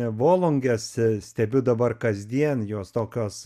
volungės stebiu dabar kasdien jos tokios